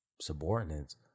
subordinates